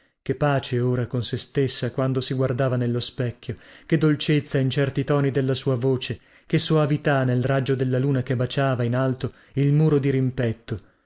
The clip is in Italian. che pace ora con se stessa quando si guardava nello specchio che dolcezza in certi toni della sua voce che soavità nel raggio della luna che baciava in alto il muro dirimpetto